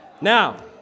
Now